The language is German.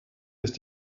ist